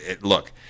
Look